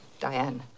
Diane